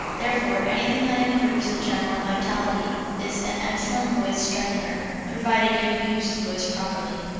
therefore anything that improves the general vitality is an excellent voice strengthener, provided you use the voice properly.